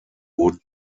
wurden